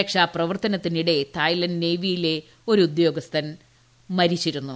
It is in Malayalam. രക്ഷാ പ്രവർത്തനത്തിനിടെ തായ്ലന്റ് നേവിയിലെ ഒരു ഉദ്യോഗസ്ഥൻ മരിച്ചിരുന്നു